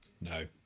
no